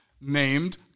named